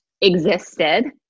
existed